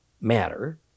matter